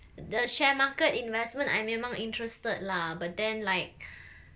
the share market investment I memang interested lah but then like